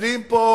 מבצעים פה